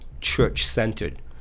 church-centered